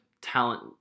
talent